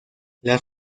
las